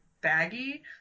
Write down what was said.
baggy